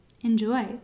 enjoy